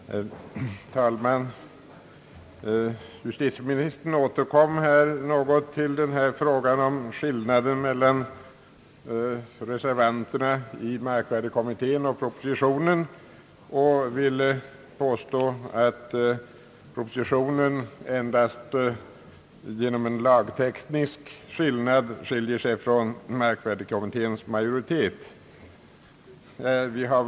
Herr talman! Justitieministern återkom i någon mån till frågan om skillnaden mellan reservationen i markvär dekommittén och propositionen och ville påstå, att propositionen endast i lagtekniskt avseende skiljer sig från vad markvärdekommitténs majoritet föreslagit.